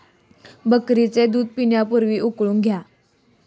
बकरीचे दूध पिण्यापूर्वी उकळून घ्या